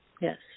Yes